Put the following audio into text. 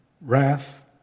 wrath